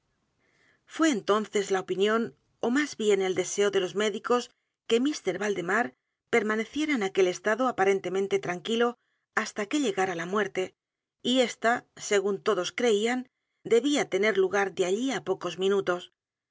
é entonces la opinión ó más bien el deseo de iosmédicos que mr valdemar permaneciera en aquel estado aparentemente tranquilo h a s t a que llegara la muerte y ésta según todos creían debía tener l u g a r d e allí á pocos minutos